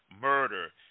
murder